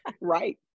Right